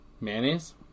Mayonnaise